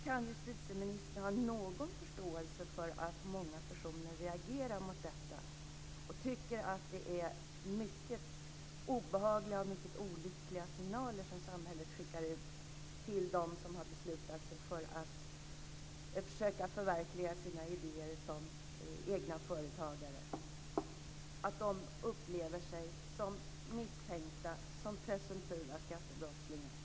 Kan justitieministern ha någon förståelse för att många personer reagerar mot detta och tycker att samhället skickar ut mycket olyckliga och obehagliga signaler till dem som beslutat sig för att försöka förverkliga sina idéer som egna företagare? Kan ministern förstå att de upplever sig som misstänkta, som presumtiva skattebrottslingar?